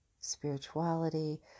spirituality